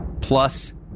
Plus